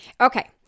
Okay